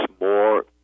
more